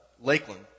Lakeland